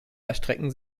erstrecken